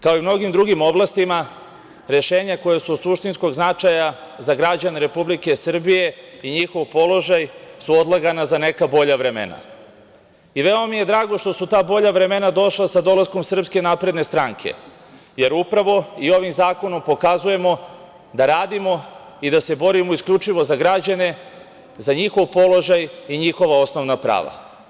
Kao i u mnogim drugim oblastima rešenja koja su od suštinskog značaja za građane Republike Srbije i njihov položaj su odlagana za neka bolja vremena i veoma mi je drago što su ta bolja vremena došla sa dolaskom SNS, jer upravo i ovim zakonom pokazujemo da radimo i da se borimo isključivo za građane za njihov položaj i njihova osnovna prava.